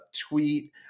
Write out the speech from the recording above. tweet